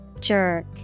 Jerk